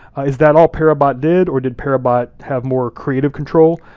is that all per abbat did? or did per abbat have more creative control?